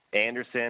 Anderson